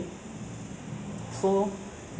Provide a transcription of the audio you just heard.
but it's still under ang mo kio G_R_C ah